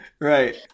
right